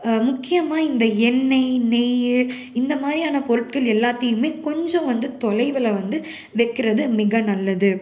முக்கியமாக இந்த எண்ணெய் நெய் இந்த மாதிரியான பொருட்கள் எல்லாத்தையுமே கொஞ்சம் வந்து தொலைவில் வந்து வைக்கிறது மிக நல்லது